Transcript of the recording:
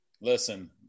Listen